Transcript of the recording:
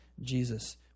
Jesus